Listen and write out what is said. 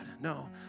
No